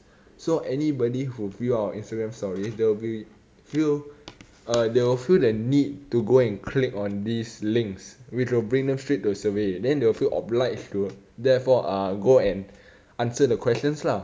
so anybody who view our instagram stories there will be few uh they will feel the need to go and click on these links which will bring them straight to the survey then they will feel obliged to therefore uh go and answer the questions lah